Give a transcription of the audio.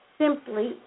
simply